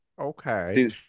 Okay